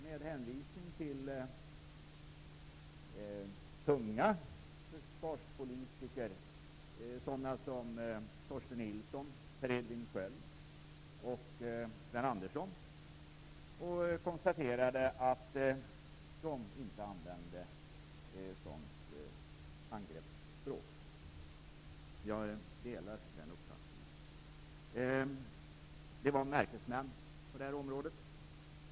Han hänvisade till tunga försvarspolitiker som Torsten Nilsson, Per Edvin Sköld och Sven Andersson och konstaterade att de inte använde sådant angreppsspråk. Jag delar den uppfattningen. De var märkesmän på området.